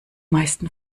meisten